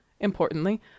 Importantly